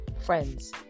friends